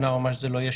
שנה או מה שלא יהיה,